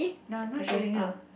no not showing you